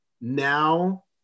now